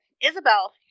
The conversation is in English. Isabel